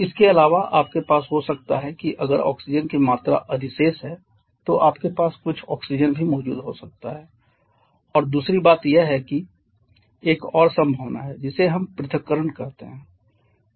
इसके अलावा आपके पास हो सकता है की अगर ऑक्सीजन की मात्रा अधिशेष है तो आपके पास कुछ ऑक्सीजन भी मौजूद हो सकता है और दूसरी बात यह है कि एक और संभावना है जिसे हम पृथक्करण कहते हैं